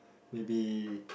maybe